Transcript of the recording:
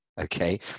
Okay